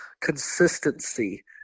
consistency